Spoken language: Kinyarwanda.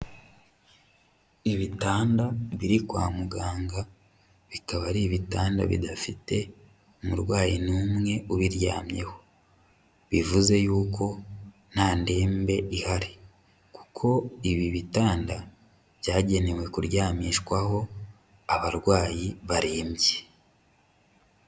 Ibitanda biri kwa muganga bikaba ari ibitanda bidafite umurwayi n'umwe ubiryamyeho. Bivuze yuko nta ndembe ihari, kuko ibi bitanda byagenewe kuryamishwaho abarwayi barembye.